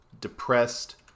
depressed